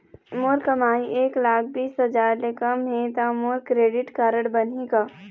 मोर कमाई एक लाख बीस हजार ले कम हे त मोर क्रेडिट कारड बनही का?